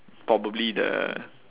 probably the